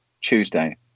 Tuesday